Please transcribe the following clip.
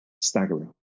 staggering